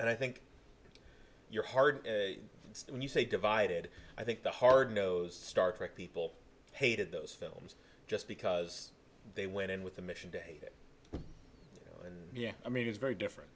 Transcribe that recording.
and i think you're hard when you say divided i think the hard nosed star trek people hated those films just because they went in with a mission day and yeah i mean it's very different